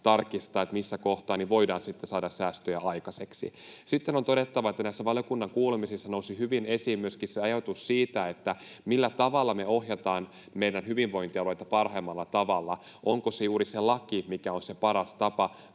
tarkistaa, missä kohtaa voidaan saada säästöjä aikaiseksi. Sitten on todettava, että näissä valiokunnan kuulemisissa nousi hyvin esiin myöskin ajatus siitä, millä tavalla me ohjataan meidän hyvinvointialueita parhaimmalla tavalla. Onko se juuri laki, mikä on se paras tapa,